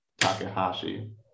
Takahashi